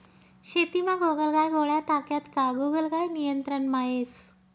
शेतीमा गोगलगाय गोळ्या टाक्यात का गोगलगाय नियंत्रणमा येस